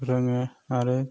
रोङो आरो